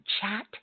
chat